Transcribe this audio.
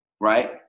right